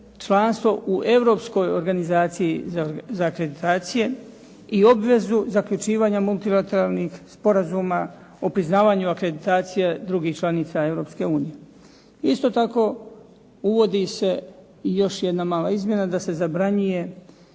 članstvo u europskoj organizaciji za akreditacije i obvezu zaključivanja multilateralnih sporazuma o priznavanju akreditacije drugih članica Europske unije. Isto tako uvodi se i još jedna mala izmjena, da se zabranjuje